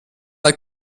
der